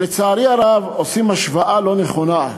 לצערי הרב, עושים השוואה לא נכונה,